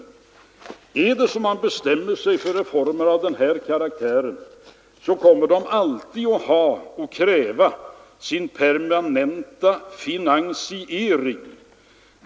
Om man bestämmer sig för reformer av den här karaktären, kommer de alltid att kräva sin permanenta finansiering.